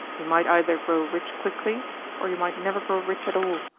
you might either grow rich quickly or you might never grow rich at all.